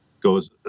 goes